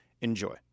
Enjoy